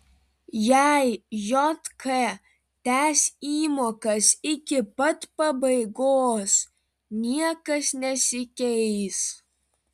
jei jk tęs įmokas iki pat pabaigos niekas nesikeis